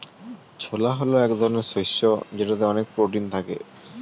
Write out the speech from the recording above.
ছোলা হল এক ধরনের শস্য যেটাতে অনেক প্রোটিন থাকে